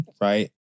Right